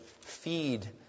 feed